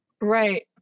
right